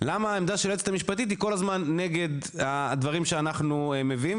למה העמדה של היועצת המשפטית היא כל הזמן נגד הדברים שאנחנו מביאים?